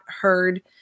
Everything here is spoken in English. heard